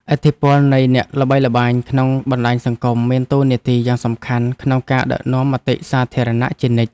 ឥទ្ធិពលនៃអ្នកល្បីល្បាញក្នុងបណ្តាញសង្គមមានតួនាទីយ៉ាងសំខាន់ក្នុងការដឹកនាំមតិសាធារណៈជានិច្ច។